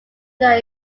lunar